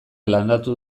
landatu